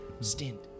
Stint